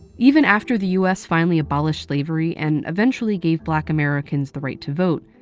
even after the us finally abolished slavery, and eventually gave black americans the right to vote,